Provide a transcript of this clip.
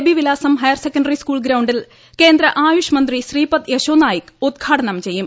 B വിലാസം higher secondary school ഗ്രൌണ്ടിൽ കേന്ദ്ര ആയുഷ് മന്ത്രി ശ്രീപദ് യശോനായിക് ഉദ്ഘാടനം ചെയ്യും